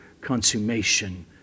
consummation